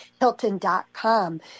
Hilton.com